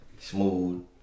Smooth